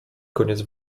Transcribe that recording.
koniec